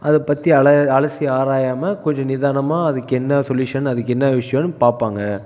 அதை பற்றி அலசி ஆராயாமல் கொஞ்சம் நிதானமாக அதுக்கு என்ன சொலியூஷன் அதுக்கு என்ன விஷயன்னு பார்ப்பாங்க